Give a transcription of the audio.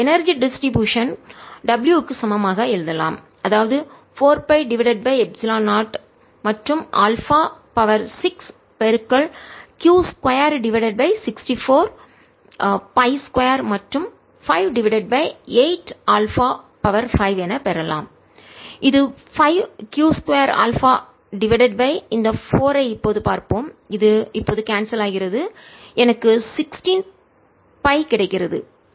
மற்றும் energy distribution விநியோகத்தின் w க்கு சமமாக எழுதலாம் அதாவது 4 pi டிவைடட் பை எப்சிலன் 0 மற்றும் α 6Q 2 டிவைடட் பை 64 pi2 மற்றும் 5 டிவைடட் பை 8 α 5 என பெறலாம் இது 5Q 2 α டிவைடட் பைஇந்த 4 ஐப் இப்போது பார்ப்போம் இது இப்போது கான்செல் ஆகிறது எனக்கு 16 pi கிடைக்கிறது